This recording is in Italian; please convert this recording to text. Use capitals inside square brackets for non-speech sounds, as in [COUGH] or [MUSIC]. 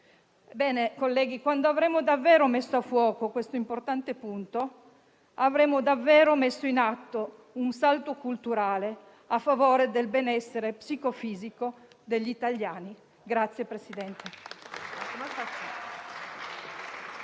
sanitaria. Quando avremo davvero messo a fuoco questo importante punto, avremo davvero messo in atto un salto culturale a favore del benessere psicofisico degli italiani. [APPLAUSE]